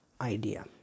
idea